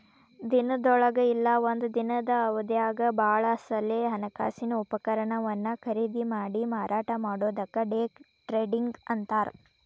ದಿನದೊಳಗ ಇಲ್ಲಾ ಒಂದ ದಿನದ್ ಅವಧ್ಯಾಗ್ ಭಾಳ ಸಲೆ ಹಣಕಾಸಿನ ಉಪಕರಣವನ್ನ ಖರೇದಿಮಾಡಿ ಮಾರಾಟ ಮಾಡೊದಕ್ಕ ಡೆ ಟ್ರೇಡಿಂಗ್ ಅಂತಾರ್